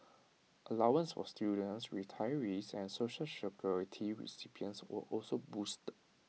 allowances for students retirees and Social Security recipients were also boosted